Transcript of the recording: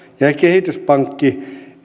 ja ja kehityspankki